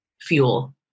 fuel